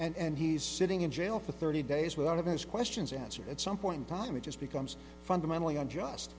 him and he's sitting in jail for thirty days with out of his questions answered at some point in time it just becomes fundamentally unjust